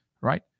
Right